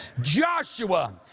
Joshua